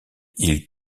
ils